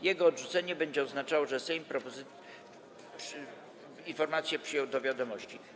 Jego odrzucenie będzie oznaczało, że Sejm informację przyjął do wiadomości.